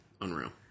Unreal